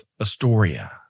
Astoria